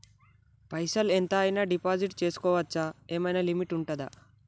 పైసల్ ఎంత అయినా డిపాజిట్ చేస్కోవచ్చా? ఏమైనా లిమిట్ ఉంటదా?